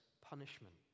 punishment